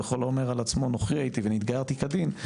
וכל האומר על עצמו נוכרי הייתי והתגיירתי כדין,